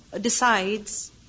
decides